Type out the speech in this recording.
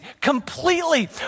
completely